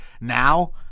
now